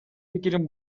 пикирим